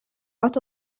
هات